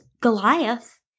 Goliath